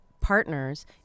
partners